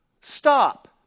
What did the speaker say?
Stop